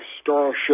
Starship